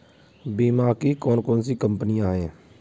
बीमा की कौन कौन सी कंपनियाँ हैं?